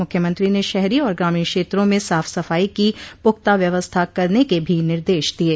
मुख्यमंत्री ने शहरी और ग्रामीण क्षेत्रों में साफ सफाई की पुख्ता व्यवस्था करने के भी निर्देश दिये